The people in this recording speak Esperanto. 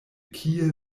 kie